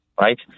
right